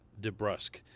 DeBrusque